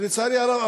ולצערי הרב,